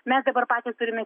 mes dabar patys turime